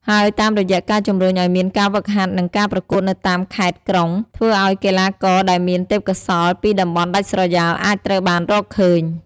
ហើយតាមរយៈការជំរុញឲ្យមានការហ្វឹកហាត់ និងការប្រកួតនៅតាមខេត្តក្រុង ធ្វើឲ្យកីឡាករដែលមានទេពកោសល្យពីតំបន់ដាច់ស្រយាលអាចត្រូវបានរកឃើញ។